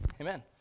Amen